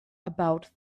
about